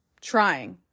Trying